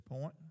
point